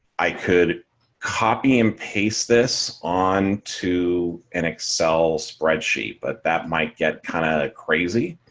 i could copy and paste this on to an excel spreadsheet, but that might get kind of crazy.